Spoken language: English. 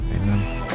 Amen